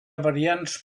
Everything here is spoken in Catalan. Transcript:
variants